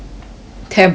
temporary